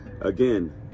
Again